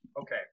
Okay